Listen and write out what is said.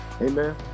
Amen